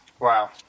Wow